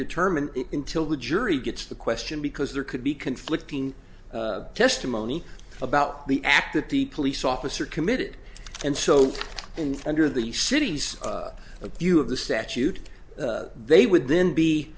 determined it until the jury gets the question because there could be conflicting testimony about the act that the police officer committed and so and under the city's a view of the statute they would then be